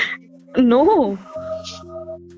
No